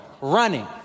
running